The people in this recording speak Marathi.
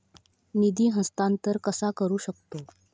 निधी हस्तांतर कसा करू शकतू?